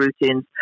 routines